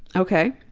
okay.